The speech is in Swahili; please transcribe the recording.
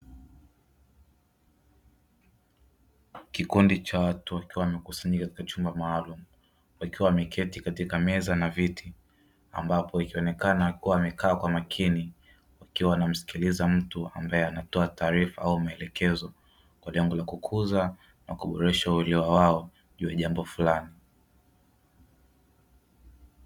Kikundi cha watu wakiwa wamekusanyika katika chumba maalum, wakiwa wameketi katika meza na viti. Ambapo ikionekana kuwa wamekaa kwa makini wakiwa wanamsikiliza mtu ambaye anatoa taarifa au maelekezo kwa lengo la kukuza na kuboresha uelewa wao juu ya jambo fulani.